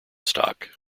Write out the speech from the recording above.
stock